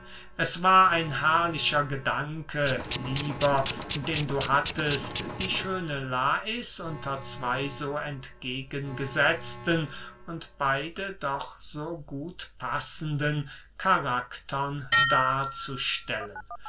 es war ein herrlicher gedanke lieber den du hattest die schöne lais unter zwey so entgegengesetzten und beide doch so gut passenden karaktern darzustellen